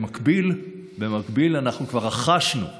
במקביל אנחנו כבר רכשנו טלפונים,